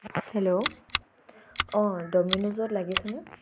hello অঁ ড'মিন'জত লাগিছেনে